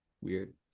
weird